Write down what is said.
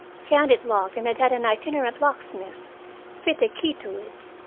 found it locked and had had an itinerant locksmith fit a key to it.